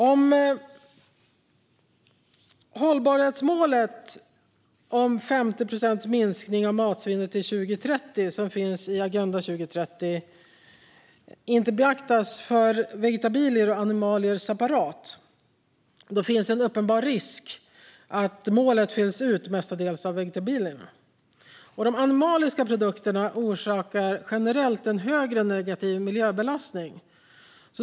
Om hållbarhetsmålet i Agenda 2030 om minskning av matsvinnet med 50 procent till 2030 inte beaktas för vegetabilier och animalier separat finns en uppenbar risk att målet uppfylls mestadels med hjälp av vegetabilier. Animaliska produkter orsakar generellt en högre negativ miljöbelastning.